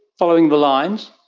following the lines.